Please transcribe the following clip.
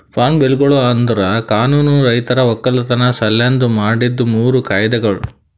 form ಬಿಲ್ಗೊಳು ಅಂದುರ್ ಕಾನೂನು ರೈತರ ಒಕ್ಕಲತನ ಸಲೆಂದ್ ಮಾಡಿದ್ದು ಮೂರು ಕಾಯ್ದೆಗೊಳ್